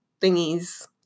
thingies